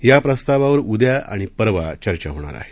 या प्रस्तावावर उद्या आणि परवा चर्चा होणार आहे